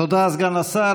תודה, סגן השר.